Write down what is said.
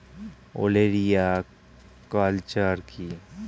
ওলেরিয়া কালচার কি?